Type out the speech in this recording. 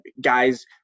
guys